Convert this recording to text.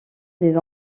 des